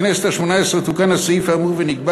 בכנסת השמונה-עשרה תוקן הסעיף האמור ונקבע